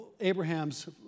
Abraham's